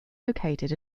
located